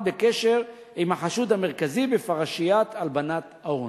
בקשר עם החשוד המרכזי בפרשיית הלבנת ההון.